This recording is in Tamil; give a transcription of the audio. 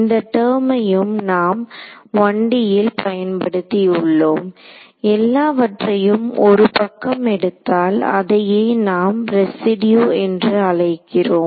இந்த டெர்மையும் நாம் 1D ல் பயன்படுத்தியுள்ளோம் எல்லாவற்றையும் ஒரு பக்கம் எடுத்தால் அதையே நாம் ரெசிடியு என்று அழைக்கிறோம்